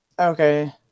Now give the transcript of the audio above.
okay